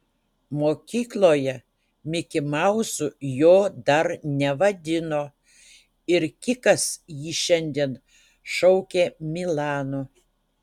mokykloje mikimauzu jo dar nevadino ir kikas jį šiandien šaukė milanu